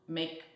make